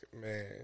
man